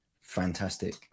fantastic